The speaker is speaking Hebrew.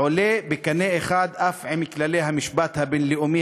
עולה בקנה אחד אף עם כללי המשפט הבין-לאומי